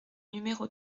numéro